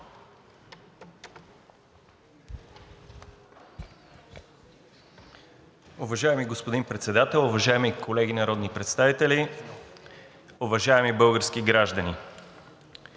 Уважаеми господин Председател, уважаеми колеги народни представители, уважаеми български граждани!